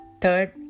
third